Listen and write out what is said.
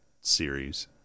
series